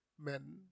men